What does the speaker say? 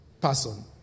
person